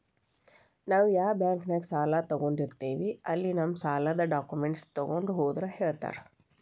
ನಾವ್ ಯಾ ಬಾಂಕ್ನ್ಯಾಗ ಸಾಲ ತೊಗೊಂಡಿರ್ತೇವಿ ಅಲ್ಲಿ ನಮ್ ಸಾಲದ್ ಡಾಕ್ಯುಮೆಂಟ್ಸ್ ತೊಗೊಂಡ್ ಹೋದ್ರ ಹೇಳ್ತಾರಾ